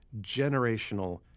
generational